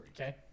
Okay